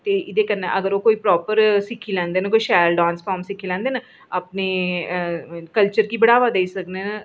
ते एह्दे कन्नै अगर ओह् प्रॉपर सिक्खी लैंदे न कोई शैल डांस फार्म सिक्खी लैंदे न अपने कल्चर गी बढ़ावा देई सकने न